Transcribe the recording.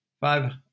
Five